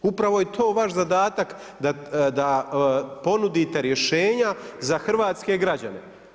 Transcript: Upravo je to vaš zadatak da ponudite rješenja za hrvatske građane.